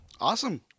Awesome